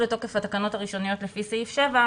לתוקף התקנות הראשוניות לפי סעיף 7,